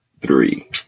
Three